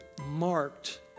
marked